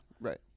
Right